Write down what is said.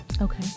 Okay